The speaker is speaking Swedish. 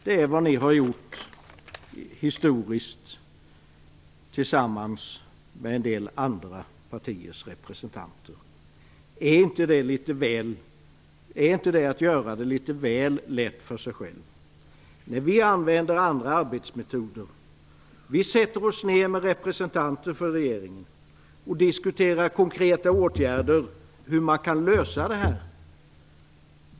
Det är vad ni har gjort, historiskt sett, tillsammans med en del andra partiers representanter. Är inte det att göra det litet väl lätt för sig själv? Vi använder andra arbetsmetoder. Vi sätter oss ner med representanter för regeringen och diskuterar konkreta åtgärder för hur man kan lösa det här problemet.